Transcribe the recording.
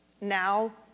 Now